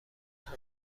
همه